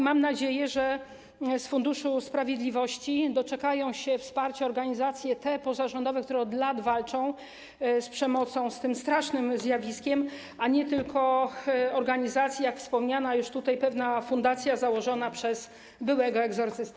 Mam nadzieję, że z Funduszu Sprawiedliwości doczekają się wsparcia te organizacje pozarządowe, które od lat walczą z przemocą, z tym strasznym zjawiskiem, a nie tylko takie organizacje jak wspomniana już tutaj fundacja założona przez byłego egzorcystę.